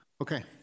Okay